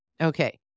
Okay